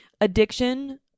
Addiction